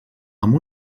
amb